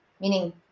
meaning